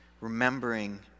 remembering